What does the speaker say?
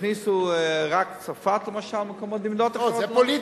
שהכניסו רק את צרפת, למשל, לא, זה פוליטי.